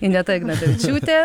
ineta ignatavičiūtė